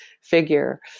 figure